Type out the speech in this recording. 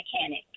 mechanic